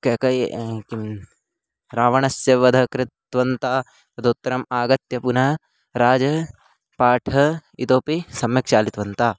कैकयि किं रावणस्य वधं कृतवन्तः तदुत्तरम् आगत्य पुनः राजपाठः इतोऽपि सम्यक् चालितवन्तः